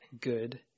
good